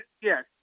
yes